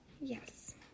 Yes